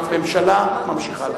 הממשלה ממשיכה להשיב.